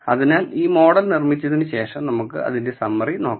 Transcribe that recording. അതിനാൽ ഈ മോഡൽ നിർമ്മിച്ചതിനുശേഷം നമുക്ക് അതിന്റെ സമ്മറി നോക്കാം